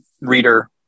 reader